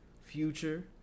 future